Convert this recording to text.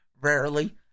rarely